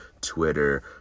Twitter